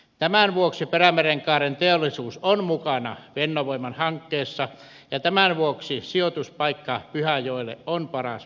tämän vuoksi perämerenkaaren teollisuus on mukana fennovoiman hankkeessa ja tämän vuoksi pyhäjoki sijoituspaikkana on paras mahdollinen